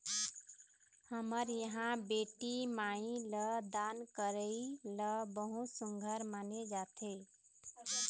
हमर इहाँ बेटी माई ल दान करई ल बहुत सुग्घर माने जाथे